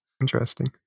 Interesting